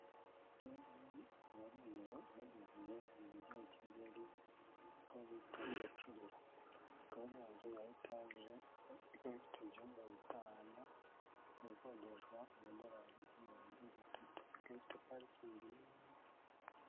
Iyi ngiyi ikaba ari inzu iherereye mu mujyi wa kigali aho bita Gacuriro. Ikaba ari inzu ya etage ifite ibyumba bitanu ikakodeshwa amadolari ibihumbi bitatu, ikaba ifite parikingi nini.